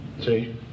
See